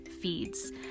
feeds